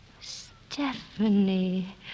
Stephanie